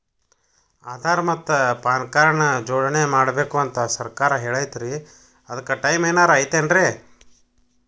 ಆಧಾರ ಮತ್ತ PAN card ನ ಜೋಡಣೆ ಮಾಡ್ಬೇಕು ಅಂತಾ ಸರ್ಕಾರ ಹೇಳೈತ್ರಿ ಅದ್ಕ ಟೈಮ್ ಏನಾರ ಐತೇನ್ರೇ?